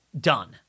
Done